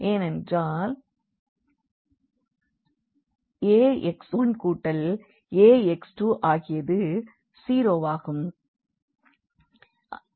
ஏனென்றால் Ax 1 கூட்டல் Ax 2 ஆகியது 0 வாகும்